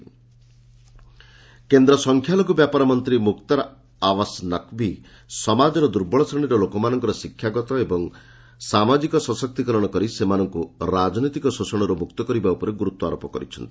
Naqvi education କେନ୍ଦ୍ର ସଂଖ୍ୟା ଲଘୁ ବ୍ୟାପର ମନ୍ତ୍ରୀ ମୁକ୍ତାର ଆୱାସ ନକ୍ତି ସମାଜ ଦୁର୍ବଳ ଶ୍ରେଣୀର ଲୋକଙ୍କର ଶିକ୍ଷାଗତ ଏବଂ ସାମାଜିକ ସଶକ୍ତିକରଣ କରି ସେମାନଙ୍କୁ ରାଜନୈତିକ ଶୋଷଣରୁ ମୁକ୍ତ କରିବା ଉପରେ ଗୁରୁତ୍ୱାରୋପ କରିଛନ୍ତି